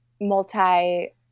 multi